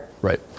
right